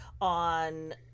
on